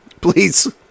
Please